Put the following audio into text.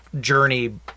journey